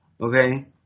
Okay